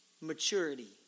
maturity